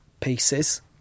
pieces